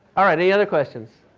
alright, any other questions?